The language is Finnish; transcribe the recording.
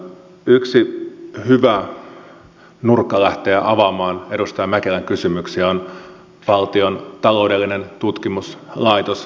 yksi hyvä nurkka lähteä avaamaan edustaja mäkelän kysymyksiä on valtion taloudellinen tutkimuslaitos vatt